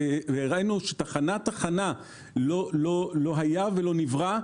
וראינו שתחנה-תחנה לא היה ולא נברא.